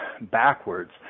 backwards